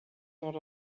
not